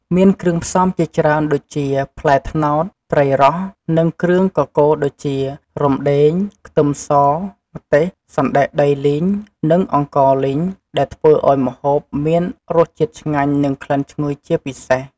មានគ្រឿងផ្សំជាច្រើន ដូចជា ផ្លែត្នោត ត្រីរ៉ស់ និងគ្រឿងកកូរដូចជា រំដេង ខ្ទឹមស ម្ទេស សណ្ដែកដីលីង និងអង្ករលីង ដែលធ្វើឱ្យម្ហូបមានរសជាតិឆ្ងាញ់ និងក្លិនឈ្ងុយជាពិសេស។